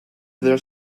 there